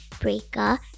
Breaker